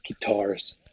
guitars